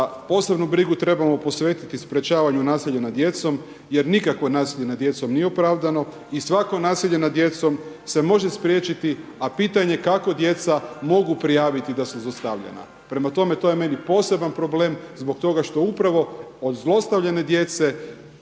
posebnu brigu trebamo posvetiti sprečavanju nasilja nad djecom jer nikakvo nasilje nad djedom nije opravdano i svako nasilje nad djecom se može spriječiti, a pitanje je kako djeca mogu prijaviti da su zlostavljena. Prema tome to je meni poseban problem zbog toga što upravo od zlostavljane djece